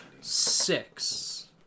six